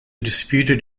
disputed